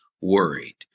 worried